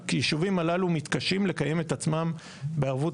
כי הישובים הללו מתקשים לקיים את עצמם בערבות